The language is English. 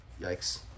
Yikes